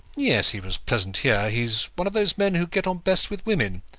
yes he was pleasant here. he is one of those men who get on best with women.